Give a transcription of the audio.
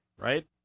right